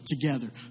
together